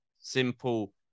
simple